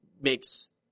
makes